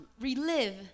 relive